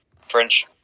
French